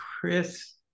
Chris